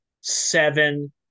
seven